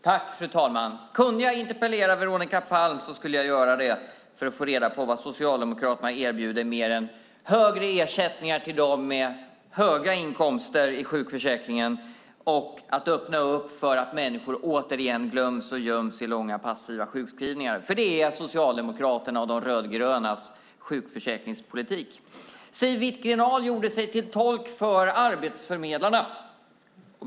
Fru talman! Kunde jag interpellera Veronica Palm skulle jag göra det för att få reda på vad Socialdemokraterna erbjuder mer än högre ersättningar till dem med höga inkomster i sjukförsäkringen och att öppna upp för att människor åter glöms och göms i långa passiva sjukskrivningar. Det är Socialdemokraternas och De rödgrönas sjukförsäkringspolitik. Siw Wittgren-Ahl gjorde sig till tolk för arbetsförmedlarna.